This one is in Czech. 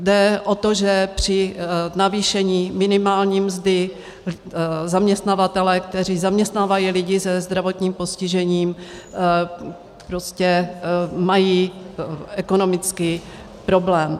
Jde o to, že při navýšení minimální mzdy zaměstnavatelé, kteří zaměstnávají lidi se zdravotním postižením, mají ekonomický problém.